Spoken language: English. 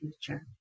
future